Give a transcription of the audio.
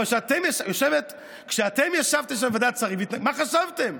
אבל כשאתם ישבתם בוועדת שרים, מה חשבתם?